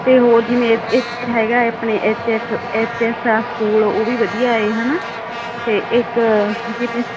ਅਤੇ ਹੋਰ ਜਿਵੇਂ ਇੱਕ ਹੈਗਾ ਆਪਣੇ ਐਚ ਐਸ ਐਚ ਐਸ ਆ ਸਕੂਲ ਉਹ ਵੀ ਵਧੀਆ ਹੈ ਹੈ ਨਾ ਅਤੇ ਇੱਕ ਜਿਵੇਂ